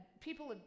people